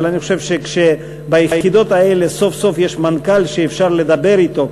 אני חושב שכאשר ביחידות אלה סוף-סוף יש מנכ"ל שאפשר לדבר אתו,